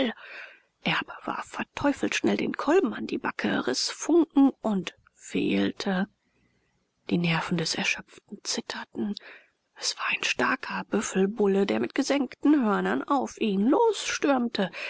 erb warf verteufelt schnell den kolben an die backe riß funken und fehlte die nerven des erschöpften zitterten es war ein starker büffelbulle der mit gesenkten hörnern auf ihn losstürmte